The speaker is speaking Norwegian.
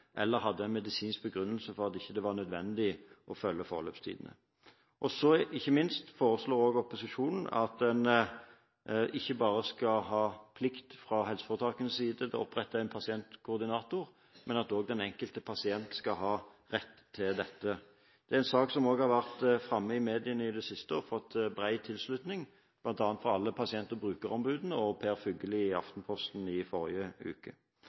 eller hadde en medisinsk begrunnelse for at det ikke var nødvendig å følge forløpstidene. Sist, men ikke minst, foreslår opposisjonen at det ikke bare skal være helseforetakenes plikt å opprette en pasientkoordinator; den enkelte pasient skal også ha rett til dette. Det er en sak som også har vært framme i mediene i det siste, og den har fått bred tilslutning bl.a. fra alle pasient- og brukerombudene og fra Per Fugelli i Aftenposten i forrige uke.